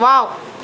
wow